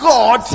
God